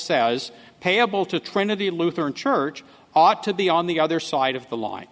says payable to trinity lutheran church ought to be on the other side of the line